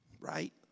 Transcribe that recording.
Right